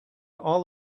all